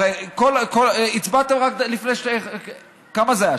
הרי הצבעתם רק לפני, כמה זה היה?